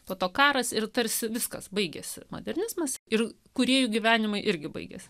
po to karas ir tarsi viskas baigėsi modernizmas ir kūrėjų gyvenimai irgi baigėsi